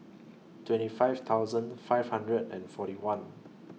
twenty five thousand five hundred and forty one